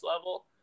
level